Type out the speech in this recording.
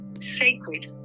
sacred